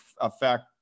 affect